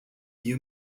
you